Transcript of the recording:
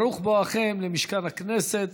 ברוך בואכם למשכן הכנסת.